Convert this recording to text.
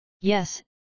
Yes